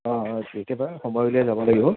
অঁ অঁ কেতিয়াবা সময় উলিয়াই যাব লাগিব